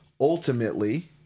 ultimately